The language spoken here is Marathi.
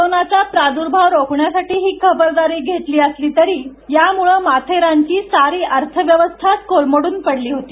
कोरोनाचा प्रादूर्भाव रोखण्यासाठी ही खबरदारी घेतली गेली असली तरी यामुळे माथेरानची सारी अर्थ व्यवस्थाच कोलमडून पडली होती